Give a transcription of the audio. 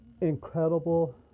Incredible